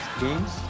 games